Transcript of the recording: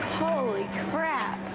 holy crap!